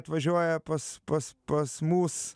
atvažiuoja pas pas pas mus